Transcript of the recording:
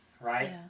right